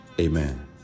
Amen